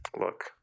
Look